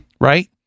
right